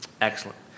Excellent